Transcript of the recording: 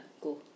Go